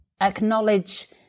acknowledge